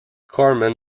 corman